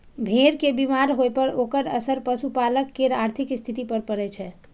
भेड़ के बीमार होइ पर ओकर असर पशुपालक केर आर्थिक स्थिति पर पड़ै छै